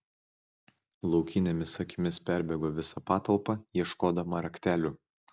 laukinėmis akimis perbėgo visą patalpą ieškodama raktelių